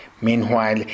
Meanwhile